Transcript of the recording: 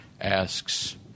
asks